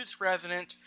resident